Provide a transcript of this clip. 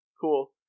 cool